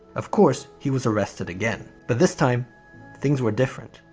of course, he was arrested again, but this time things were different.